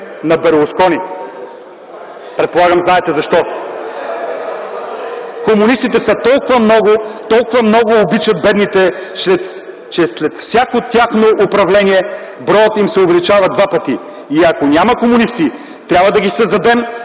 на Берлускони: „Комунистите са толкова много, толкова много обичат бедните, че след всяко тяхно управление броят им се увеличава два пъти. И ако няма комунисти трябва да ги създадем,